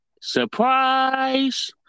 Surprise